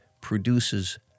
produces